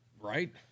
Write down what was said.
Right